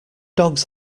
dogs